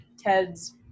Ted's